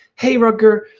hey rutger,